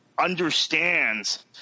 understands